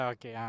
Okay